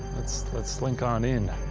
let's slink on in.